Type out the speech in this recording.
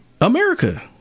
America